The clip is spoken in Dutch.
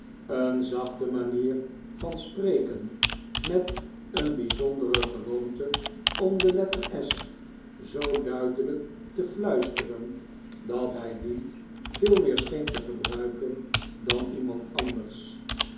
een zachte manier van spreken met een bijzondere gewoonte om de letter s zoo duidelijk te fluisteren dat hij die veel meer scheen te gebruiken dan iemand anders